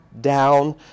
down